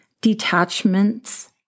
detachments